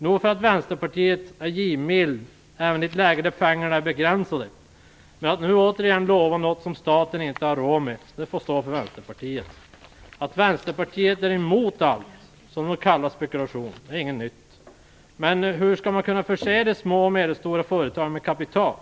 Nog för att Vänsterpartiet är givmilt även i ett läge där pengarna är begränsade, men att nu återigen lova något som staten inte har råd med får stå för Vänsterpartiet. Att Vänsterpartiet är emot allt som kallas spekulation är inget nytt. Men hur skall man kunna förse de små och medelstora förtagen med kapital?